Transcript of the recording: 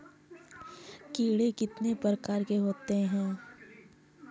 कीड़े कितने प्रकार के होते हैं?